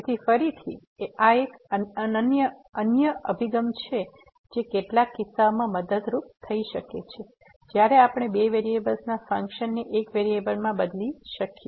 તેથી ફરીથી આ એક અન્ય અભિગમ છે જે કેટલાક કિસ્સાઓમાં મદદરૂપ થઈ શકે છે જ્યારે આપણે બે વેરીએબલ્સના ફંકશન્સને એક વેરીએબલમાં બદલી શકીએ